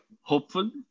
hopeful